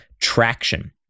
traction